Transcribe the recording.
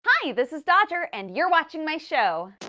hi, this is dodger, and you're watching my show!